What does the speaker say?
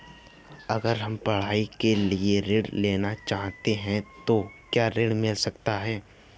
अगर हम पढ़ाई के लिए ऋण लेना चाहते हैं तो क्या ऋण मिल सकता है?